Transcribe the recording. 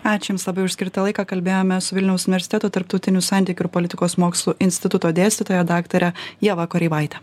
ačiū jums labai už skirtą laiką kalbėjomės su vilniaus universiteto tarptautinių santykių ir politikos mokslų instituto dėstytoja daktare ieva koreivaite